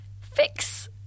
fix